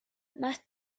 más